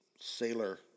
sailor